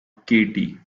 katy